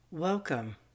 Welcome